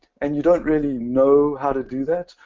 and you don't really know how to do that,